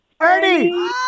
Ernie